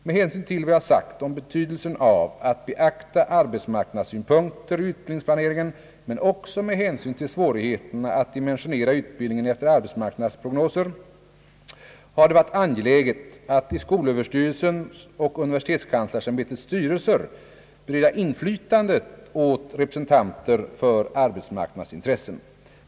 Med hänsyn till vad jag sagt om betydelsen av att beakta arbetsmarknadssynpunkter i utbildningsplaneringen men också med hänsyn till svårigheterna att dimensionera utbildningen efter arbetskraftsprognoser har det varit angeläget att i skolöverstyrelsens och universitetskanslersämbetets styrelser bereda inflytande åt representanter för arbetsmarknadsintressen.